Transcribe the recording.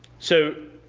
so,